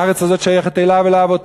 הארץ הזאת שייכת לו ולאבותיו.